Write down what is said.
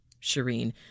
Shireen